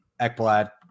ekblad